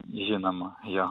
žinoma jo